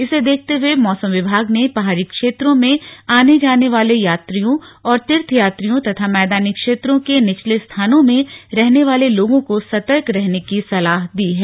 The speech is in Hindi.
इसे देखते हुए मौसम विभाग ने पहाड़ी क्षेत्रों में आने जाने वाले यात्रियों और तीर्थयात्रियों तथा मैदानी क्षेत्रों के निचले स्थानों में रहने वाले लोगों को सतर्क रहने की सलाह दी है